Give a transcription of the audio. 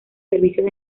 servicios